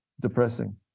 depressing